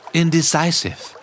indecisive